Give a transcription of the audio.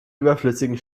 überflüssigen